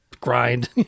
grind